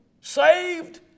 Saved